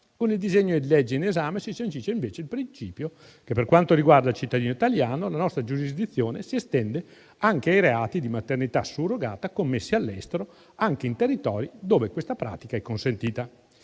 Con il disegno di legge in esame si sancisce invece il principio che, per quanto riguarda il cittadino italiano, la nostra giurisdizione si estende anche ai reati di maternità surrogata commessi all'estero, anche in territori dove questa pratica è consentita.